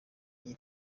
iri